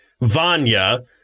Vanya